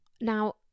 Now